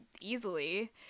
easily